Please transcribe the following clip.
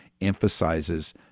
emphasizes